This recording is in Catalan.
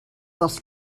dels